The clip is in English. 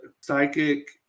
psychic